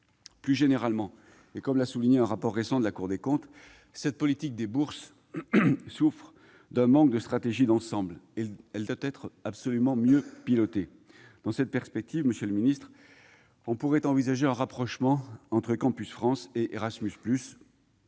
Plus généralement, comme l'a souligné la Cour des comptes dans un rapport récent, cette politique des bourses souffre d'un manque de stratégie d'ensemble. Elle doit être absolument mieux pilotée. Dans cette perspective, on pourrait envisager un rapprochement entre Campus France et Erasmus +,